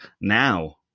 Now